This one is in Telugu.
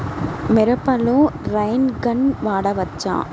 మిరపలో రైన్ గన్ వాడవచ్చా?